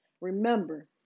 Remember